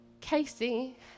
Casey